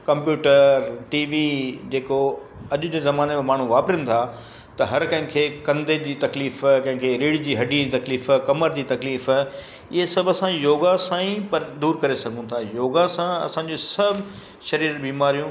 computer TV जेको अॼु जे ज़माने में माण्हू वापरनि तव्हां त हर कंहिंखें कंधे जी तकलीफ़ु कंहिंखें रीड जी हॾी जी तकलीफ़ु कमरि जी तकलीफ़ु ईअं सभु असां योगा सां ई पर दूरि करे सघूं था योगा सां असांजे सभु शरीर बीमारियूं